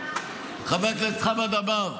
חבר הכנסת חמד עמאר,